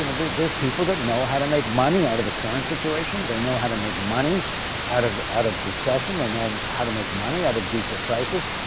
you know, there's people that know how to make money out of the current situation, they know how to make money out of out of recession, they know how to make money out of deeper crisis,